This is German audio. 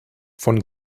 von